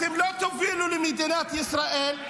אתם לא תובילו למדינת ישראל,